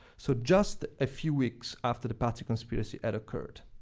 so just a few weeks after the pazzi conspiracy had occurred.